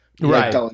right